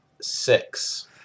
six